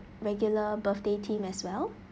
regular birthday theme as well